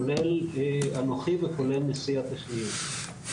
כולל אנוכי וכולל נשיא הטכניון.